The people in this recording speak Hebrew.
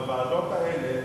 בוועדות האלה,